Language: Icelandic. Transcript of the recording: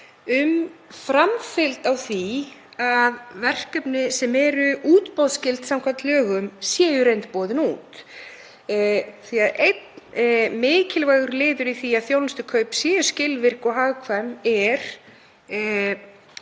með framfylgd á því að verkefni sem eru útboðsskyld samkvæmt lögum séu í reynd boðin út. Einn mikilvægur liður í því að þjónustukaup séu skilvirk og hagkvæm er